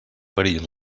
perill